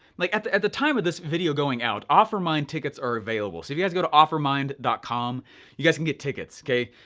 like at the at the time of this video going out, offermind tickets are available, so if you guys go to offermind dot com you guys can get tickets, kay.